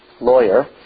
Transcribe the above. lawyer